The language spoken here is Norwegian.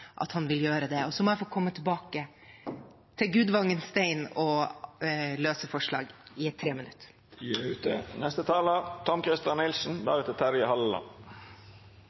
at han vil gjøre det. Jeg må komme tilbake til Gudvangen Stein og løse forslag i